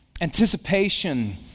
anticipation